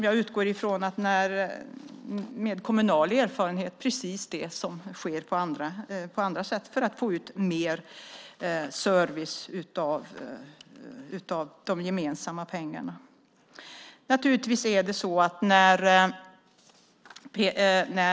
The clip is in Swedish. Jag utgår från kommunal erfarenhet att det är precis det som sker på andra sätt för att få ut mer service av de gemensamma pengarna.